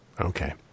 Okay